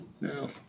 No